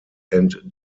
and